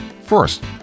First